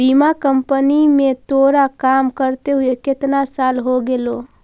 बीमा कंपनी में तोरा काम करते हुए केतना साल हो गेलो